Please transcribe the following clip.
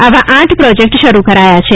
આવા આઠ પ્રોજેક્ટ શરૂ કરાયા છે